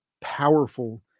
powerful